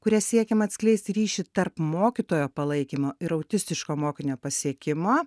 kuria siekiama atskleisti ryšį tarp mokytojo palaikymo ir autistiško mokinio pasiekimo